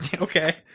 Okay